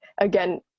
again